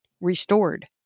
Restored